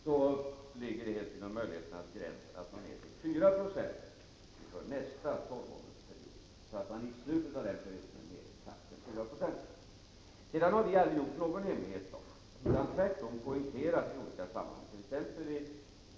Då ligger det helt inom möjligheternas gräns att komma ner till 4 2 inför nästa tolvmånadersperiod, så att man i slutet av perioden är nere i takten 4 96. Sedan har vi aldrig gjort någon hemlighet av utan tvärtom poängterat i olika sammanhang -—t.ex.